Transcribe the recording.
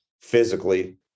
physically